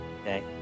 Okay